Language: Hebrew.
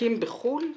עסקים בחו"ל?